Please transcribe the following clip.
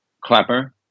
Clapper